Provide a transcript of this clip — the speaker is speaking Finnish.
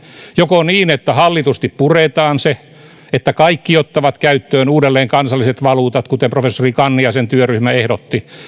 joko niin että hallitusti puretaan se ja että kaikki ottavat käyttöön uudelleen kansalliset valuutat kuten professori kanniaisen työryhmä ehdotti